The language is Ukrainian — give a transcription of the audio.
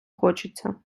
хочеться